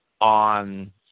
on